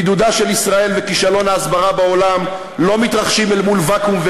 בידודה של ישראל וכישלון ההסברה בעולם לא מתרחשים אל מול ואקום,